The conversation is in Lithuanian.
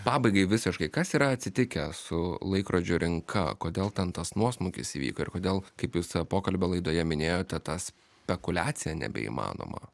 pabaigai visiškai kas yra atsitikę su laikrodžių rinka kodėl ten tas nuosmukis įvyko ir kodėl kaip jūs pokalbio laidoje minėjote ta spekuliacija nebeįmanoma